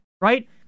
Right